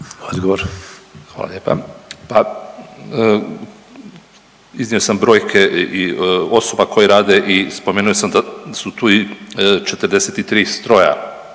Žarko** Hvala lijepa. Pa iznio sam brojke i osoba koje rade i spomenuo sam da su tu i 43 stroja,